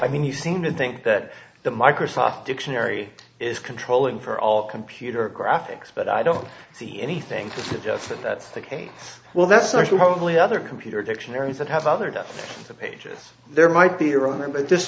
i mean you seem to think that the microsoft dictionary is controlling for all computer graphics but i don't see anything just that that's the case well that's not the only other computer dictionaries that have other death pages there might be around them but this